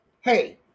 hey